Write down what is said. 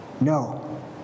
No